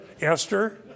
Esther